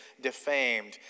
defamed